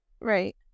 Right